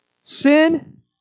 Sin